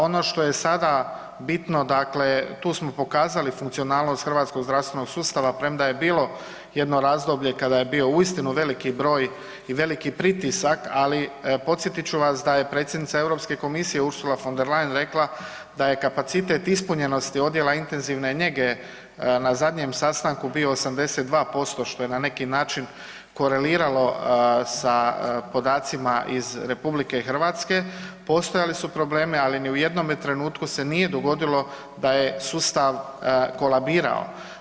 Ono što je sada bitno, dakle tu smo pokazali funkcionalnost Hrvatskog zdravstvenog sustava premda je bilo jedno razdoblje kada je bio uistinu veliki broj i veliki pritisak, ali podsjetit ću vas da je predsjednica Europske komisije Ursula von der Leyen rekla da je kapacitet ispunjenosti odjela intenzivne njege na zadnjem sastanku bio 82%, što je na neki način koreliralo sa podacima iz RH, postojali su problemi, ali ni u jednome trenutku se nije dogodilo da je sustav kolabirao.